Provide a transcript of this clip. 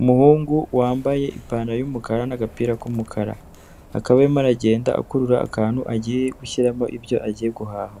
Umuhungu wambaye ipantaro y'umukara n'agapira k'umukara akaba arimo aragenda akurura akantu agiye gushyiramo ibyo agiye guhaha